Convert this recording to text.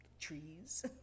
trees